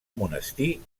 monestir